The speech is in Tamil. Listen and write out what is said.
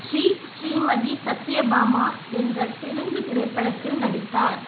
ஸ்ரீ ஸ்ரீமதி சத்யபாமா என்ற தெலுங்குத் திரைப்படத்தில் நடித்தார்